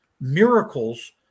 Miracles